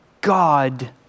God